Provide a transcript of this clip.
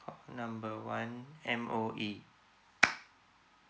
number one M_O_E